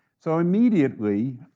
so immediately,